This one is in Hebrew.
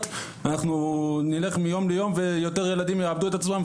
אנחנו נלך מיום ליום ויותר ילדים יאבדו את עצמם.